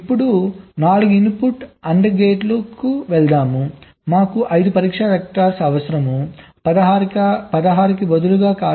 ఇప్పుడు 4 input AND గేట్కు వెళ్దాం మాకు 5 పరీక్ష వెక్టర్స్ అవసరం 16 కి బదులుగా కాదు